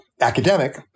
academic